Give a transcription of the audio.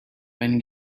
when